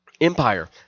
Empire